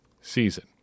season